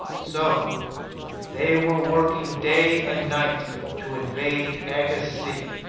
so they were working day and night to invade aga's city!